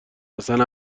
اصن